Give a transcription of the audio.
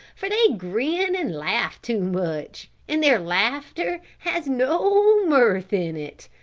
for they grin and laugh too much, and their laughter has no mirth in it.